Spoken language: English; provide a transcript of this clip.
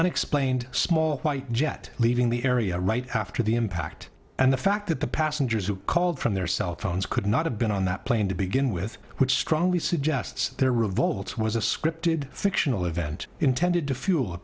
unexplained small white jet leaving the area right after the impact and the fact that the passengers who called from their cell phones could not have been on that plane to begin with which strongly suggests their revolts was a scripted fictional event intended to f